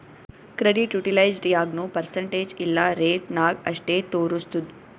credit utilised ಯಾಗ್ನೂ percentage ಇಲ್ಲಾ rate ನಾಗ್ ಅಷ್ಟೇ ತೋರುಸ್ತುದ್